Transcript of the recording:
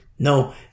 No